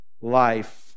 life